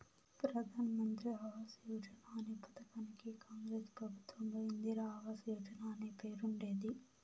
ప్రధాన్ మంత్రి ఆవాస్ యోజన అనే ఈ పథకానికి కాంగ్రెస్ ప్రభుత్వంలో ఇందిరా ఆవాస్ యోజన అనే పేరుండేది